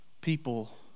people